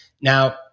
now